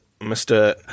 Mr